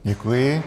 Děkuji.